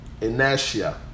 Inertia